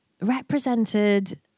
represented